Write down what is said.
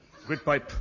Gridpipe